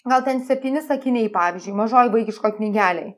gal ten septyni sakiniai pavyzdžiui mažoj vaikiškoj knygelėj